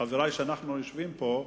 חברי, אנחנו שיושבים פה,